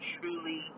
truly